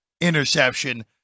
interception